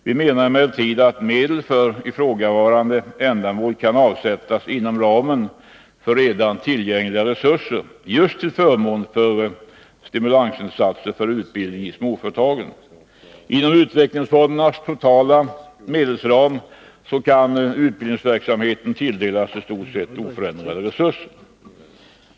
Vi finner emellertid att medel för ifrågavarande ändamål kan avsättas inom ramen för redan tillgängliga resurser, just till förmån för stimulansinsatser för utbildning i småföretagen. Inom utvecklingsfondernas totala medelsram kan utbildningsverksamheten tilldelas i stort sett oförändrade resurser.